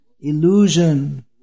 illusion